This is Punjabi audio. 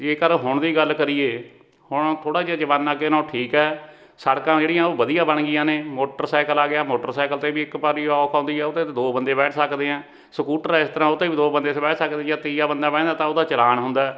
ਜੇਕਰ ਹੁਣ ਦੀ ਗੱਲ ਕਰੀਏ ਹੁਣ ਥੋੜ੍ਹਾ ਜਿਹਾ ਜ਼ਮਾਨਾ ਅੱਗੇ ਨਾਲੋਂ ਠੀਕ ਹੈ ਸੜਕਾਂ ਜਿਹੜੀਆਂ ਉਹ ਵਧੀਆ ਬਣ ਗਈਆਂ ਨੇ ਮੋਟਰਸਾਈਕਲ ਆ ਗਿਆ ਮੋਟਰਸਾਈਕਲ 'ਤੇ ਵੀ ਇੱਕ ਬੜੀ ਔਖ ਆਉਂਦੀ ਆ ਉਹ 'ਤੇ ਦੋ ਬੰਦੇ ਬੈਠ ਸਕਦੇ ਆ ਸਕੂਟਰ ਇਸ ਤਰ੍ਹਾਂ ਉਹ 'ਤੇ ਵੀ ਦੋ ਬੰਦੇ ਸ ਬਹਿ ਸਕਦੇ ਜਦ ਤੀਆ ਬੰਦਾ ਬਹਿੰਦਾ ਤਾਂ ਉਹਦਾ ਚਲਾਨ ਹੁੰਦਾ